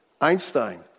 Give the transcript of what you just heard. Einstein